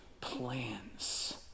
plans